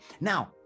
Now